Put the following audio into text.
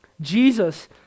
Jesus